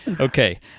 okay